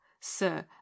sir